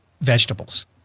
vegetables